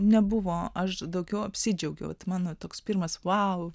nebuvo aš daugiau apsidžiaugiau tai mano toks pirmas vau